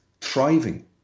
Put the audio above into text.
thriving